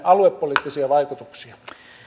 aluepoliittisia vaikutuksia